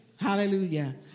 Hallelujah